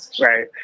right